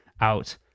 out